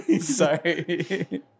Sorry